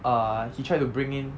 err he tried to bring in